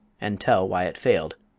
and tell why it failed.